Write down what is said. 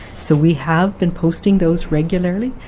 so we have been posting those regularly.